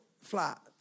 flat